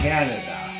Canada